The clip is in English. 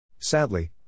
Sadly